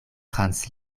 trans